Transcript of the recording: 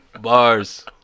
Bars